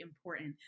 important